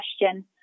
question